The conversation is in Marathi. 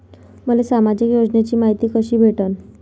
मले सामाजिक योजनेची मायती कशी भेटन?